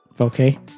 Okay